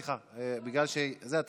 סליחה, בגלל, אתה אחרון.